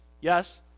yes